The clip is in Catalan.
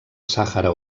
sàhara